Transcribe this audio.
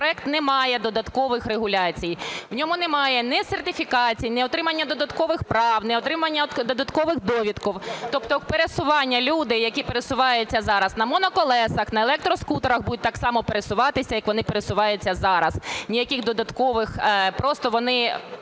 законопроект не має додаткових регуляцій, в ньому немає ні сертифікацій, ні отримання додаткових прав, ні отримання додаткових довідок. Тобто пересування, люди, які пересуваються зараз на моноколесах, на електроскутерах будуть так само пересуватися, як вони пересуваються зараз, ніяких додаткових, просто вони